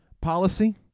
policy